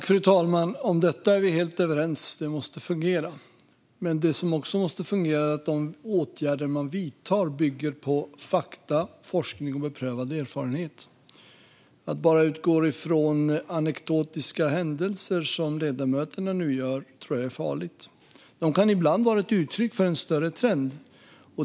Fru talman! Om detta är vi helt överens. Det måste fungera. Men de åtgärder man vidtar måste också bygga på fakta, forskning och beprövad erfarenhet. Att bara utgå från anekdotiska händelser, som ledamöterna nu gör, tror jag är farligt. De kan ibland vara ett uttryck för en större trend.